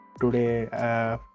today